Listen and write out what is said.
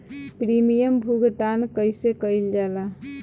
Premium भुगतान कइसे कइल जाला?